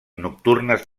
nocturnes